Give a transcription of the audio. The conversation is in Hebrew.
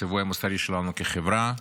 הציווי המוסרי שלנו כחברה,